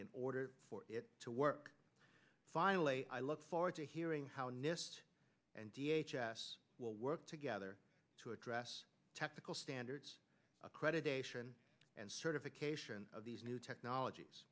in order for it to work finally i look forward to hearing how honest and will work together to address technical standards accreditation and certification of these new technologies